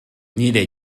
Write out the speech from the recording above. nire